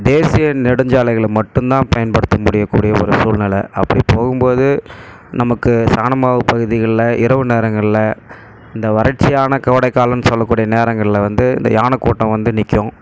தேசிய நெடுஞ்சாலைகளை மட்டும் தான் பயன்படுத்த முடியக் கூடிய ஒரு சூழ்நிலை அப்படி போகும் போது நமக்கு சாணமாகு பகுதிகளில் இரவு நேரங்களில் இந்த வறட்சியான கோடை காலம்னு சொல்லக் கூடிய நேரங்களில் வந்து இந்த யானைக் கூட்டம் வந்து நிற்கும்